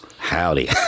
Howdy